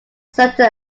santa